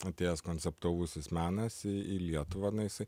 atėjęs konceptualusis menas į į lietuvą na jisai